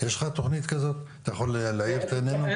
יש לך תכנית כזו ואתה יכול להעיר את עיננו?